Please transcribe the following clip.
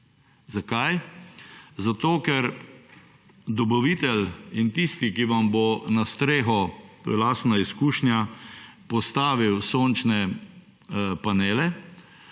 Zakaj? Zato, ker dobavitelj in tisti, ki vam bo na streho, to je lastna izkušnja, postavil sončne panele,